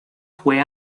fue